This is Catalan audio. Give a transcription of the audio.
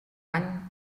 any